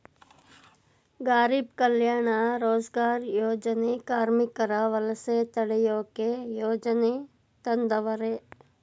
ಗಾರೀಬ್ ಕಲ್ಯಾಣ ರೋಜಗಾರ್ ಯೋಜನೆ ಕಾರ್ಮಿಕರ ವಲಸೆ ತಡಿಯೋಕೆ ಯೋಜನೆ ತಂದವರೆ